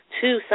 two